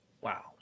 Wow